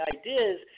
ideas